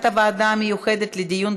בעד, אין מתנגדים, אין נמנעים.